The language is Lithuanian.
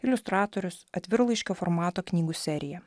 iliustratorius atvirlaiškio formato knygų serija